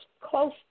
close